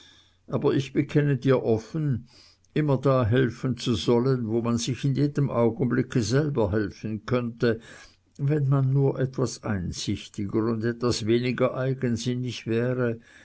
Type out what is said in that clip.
aber ich bekenne dir offen immer da helfen zu sollen wo man sich in jedem augenblicke selber helfen könnte wenn man nur etwas einsichtiger und etwas weniger eigensinnig wäre